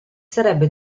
sarebbe